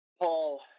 Paul